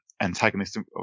antagonism